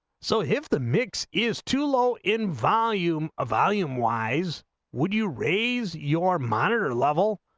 so if the mix is too low in volume of volume wisest would you raise your mater level